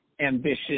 ambitious